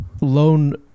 loan